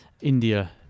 India